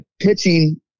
pitching